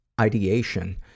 ideation